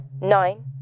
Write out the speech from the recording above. nine